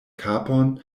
kapon